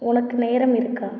உனக்கு நேரம் இருக்கா